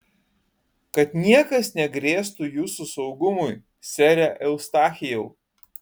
kad niekas negrėstų jūsų saugumui sere eustachijau